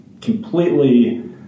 completely